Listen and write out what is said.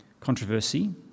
controversy